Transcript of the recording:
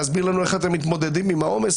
להסביר לנו איך אתם מתמודדים עם העומס